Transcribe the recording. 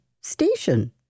station